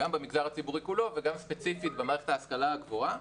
גם במגזר הציבורי כולו וגם ספציפית במערכת ההשכלה הגבוהה